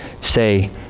say